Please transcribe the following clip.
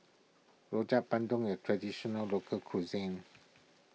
Rojak Bandung a Traditional Local Cuisine